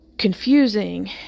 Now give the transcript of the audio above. confusing